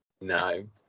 no